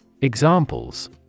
Examples